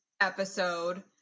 episode